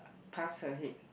pass her head